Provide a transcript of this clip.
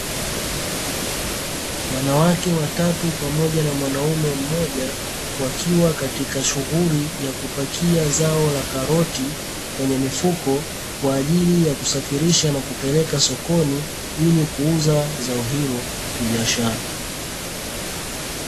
Wanawake watatu pamoja na mwanume mmoja wakiwa katika shughuli ya kupakia zao la karoti kwenye mifuko kwajili ya kusafirisha na kupeleka sokoni ili kuuza zao hilo kibiashara.